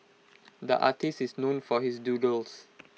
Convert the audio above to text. the artist is known for his doodles